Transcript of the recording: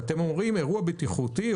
ואתם אומרים שאירוע בטיחותי,